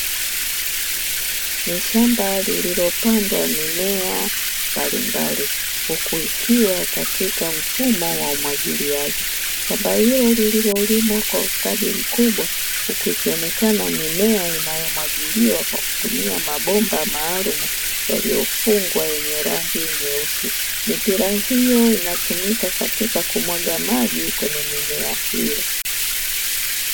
Ni shamba lililopandwa mimea mbalimbali huku ikiwa katika mfumo wa umwagiliaji. Shamba hilo lililolimwa kwa ustadi mkubwa huku ikionekana mimea inayomwagiliwa kwa kutumia mabomba maalumu yaliyofungwa yenye rangi nyeusi. Mipira hiyo inatumika katika kumwaga maji kwenye mimea hiyo.